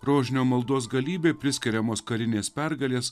rožinio maldos galybė priskiriamos karinės pergalės